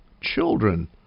children